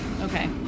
okay